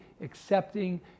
accepting